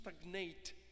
stagnate